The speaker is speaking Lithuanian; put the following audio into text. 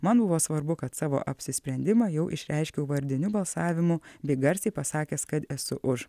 man buvo svarbu kad savo apsisprendimą jau išreiškiau vardiniu balsavimu bei garsiai pasakęs kad esu už